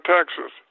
Texas